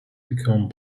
become